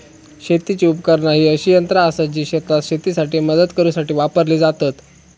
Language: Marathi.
शेतीची उपकरणा ही अशी यंत्रा आसत जी शेतात शेतीसाठी मदत करूसाठी वापरली जातत